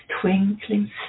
twinkling